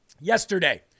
yesterday